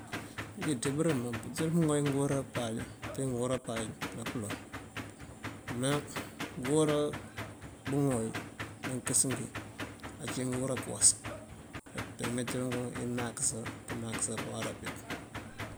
Nji ţibërëm mampurir pëŋoy ngëwora paaj na- pëlon, nak ngëwora bëŋoy ngakësëngi aci ngëwora këwas kapermetirugun inakësa pënakësa pawarapi.